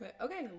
Okay